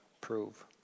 prove